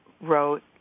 wrote